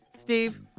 Steve